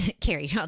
Carrie